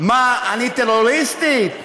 מה, אני טרוריסטית?